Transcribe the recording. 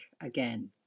again